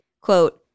quote